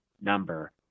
number